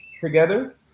together